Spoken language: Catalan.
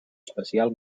espacial